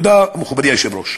תודה, מכובדי היושב-ראש.